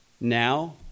now